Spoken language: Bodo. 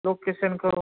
लकेसनखौ